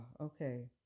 Okay